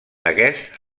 aquests